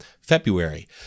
February